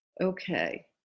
Okay